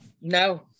No